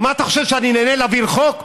מה אתה חושב, שאני נהנה להעביר חוק?